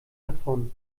davon